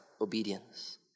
obedience